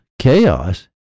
chaos